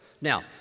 Now